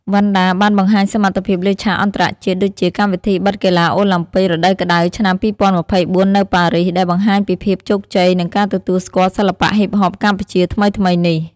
វណ្ណដាបានបង្ហាញសមត្ថភាពលើឆាកអន្តរជាតិ ដូចជា កម្មវិធីបិទកីឡាអូឡាំពិករដូវក្តៅឆ្នាំ ២០២៤ នៅប៉ារីស ដែលបង្ហាញពីភាពជោគជ័យ និងការទទួលស្គាល់សិល្បៈហ៊ីបហប កម្ពុជាថ្មីៗនេះ។